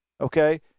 okay